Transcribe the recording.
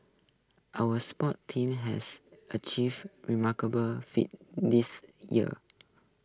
our sports teams has achieved remarkable feats this year